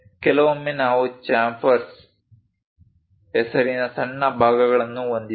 ಕೆಲವೊಮ್ಮೆ ನಾವು ಚಾಮ್ಫರ್ಸ್ ಹೆಸರಿನ ಸಣ್ಣ ಭಾಗಗಳನ್ನು ಹೊಂದಿದ್ದೇವೆ